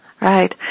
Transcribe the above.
right